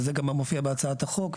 וזה גם מופיע בהצעת החוק,